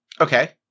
Okay